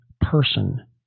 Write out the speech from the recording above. person